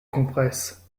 compresses